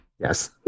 Yes